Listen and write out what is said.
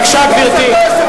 בבקשה, גברתי.